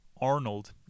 Arnold